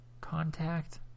Contact